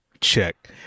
check